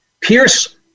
Pierce